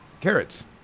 carrots